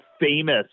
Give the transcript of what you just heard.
famous